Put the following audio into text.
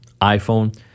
iPhone